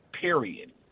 period